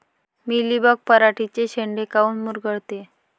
Mealybug पराटीचे चे शेंडे काऊन मुरगळते?